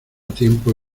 tiempo